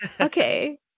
Okay